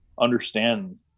understand